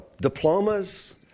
diplomas